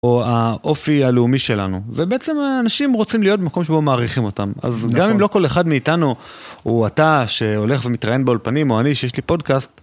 או האופי הלאומי שלנו. ובעצם האנשים רוצים להיות במקום שבו הם מעריכים אותם. אז גם אם לא כל אחד מאיתנו הוא אתה שהולך ומתראיין באולפנים, או אני שיש לי פודקאסט.